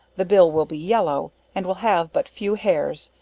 the bill will be yellow, and will have but few hairs,